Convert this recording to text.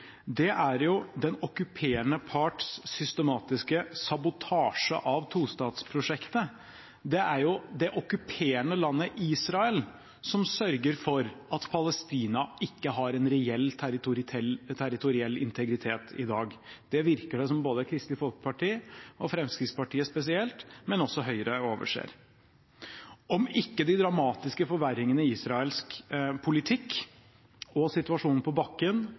er den okkuperende parts systematiske sabotasje av tostatsprosjektet. Det er jo det okkuperende landet Israel som sørger for at Palestina ikke har en reell territoriell integritet i dag. Det virker det som Kristelig Folkeparti, Fremskrittspartiet spesielt, men også Høyre, overser. Om ikke de dramatiske forverringene i israelsk politikk, situasjonen på bakken